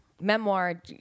memoir